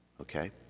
Okay